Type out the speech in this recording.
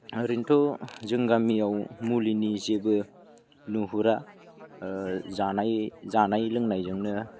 ओरैनोथ' जों गामियाव मुलिनि जेबो नुहुरा जानाय जानाय लोंनायजोंनो